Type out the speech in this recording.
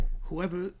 whoever